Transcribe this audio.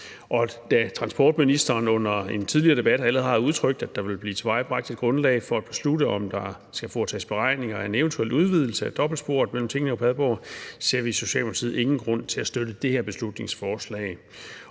Og da transportministeren allerede under en tidligere debat har udtrykt, at der vil blive tilvejebragt et grundlag for at beslutte, om der skal foretages beregninger af en eventuel udvidelse af dobbeltsporet mellem Tinglev og Padborg, ser vi i Socialdemokratiet ingen grund til at støtte det her beslutningsforslag.